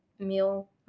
meal